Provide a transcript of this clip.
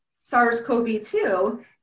SARS-CoV-2